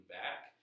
back